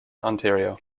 ontario